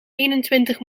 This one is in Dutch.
eenentwintig